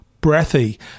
breathy